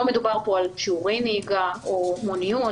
לא מדובר פה על שיעורי נהיגה או מוניות,